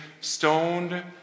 stoned